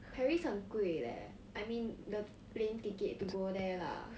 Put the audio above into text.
paris 很贵 leh I mean the plane ticket to go there lah